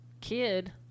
kid